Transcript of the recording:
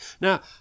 Now